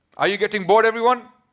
are you getting bored everyone?